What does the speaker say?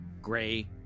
Gray